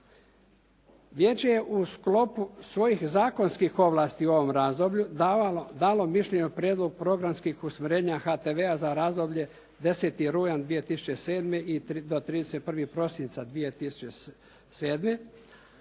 Vijeće je u sklopu svojih zakonskih ovlasti u ovom razdoblju davalo, dalo mišljenje o prijedlogu programskih usmjerenja HTV-a za razdoblje 10. rujan 2007. do 31. prosinca 2007.